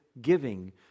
giving